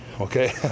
okay